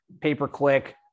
pay-per-click